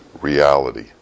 reality